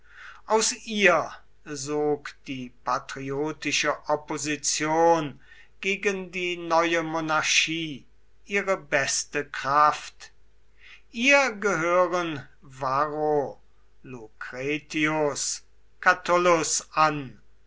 aus ihr sog die patriotische opposition gegen die neue monarchie ihre beste kraft ihr gehören varro lucretius catullus an